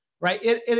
right